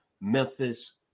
Memphis